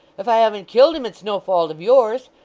if i haven't killed him, it's no fault of yours.